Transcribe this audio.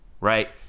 Right